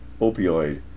opioid